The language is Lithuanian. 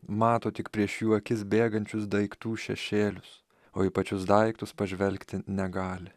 mato tik prieš jų akis bėgančius daiktų šešėlius o į pačius daiktus pažvelgti negali